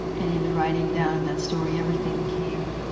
and in the writing down of that story, everything came,